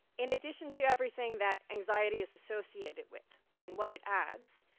in addition to everything that anxiety is associated with, and what it adds,